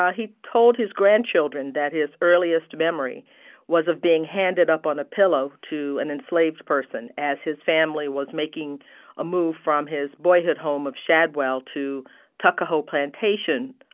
um he told his grandchildren that his earliest memory was of being handed up on a pillow to an enslaved person, as his family was making a move from his boyhood home of shadwell to tuckahoe plantation.